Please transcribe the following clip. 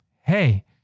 hey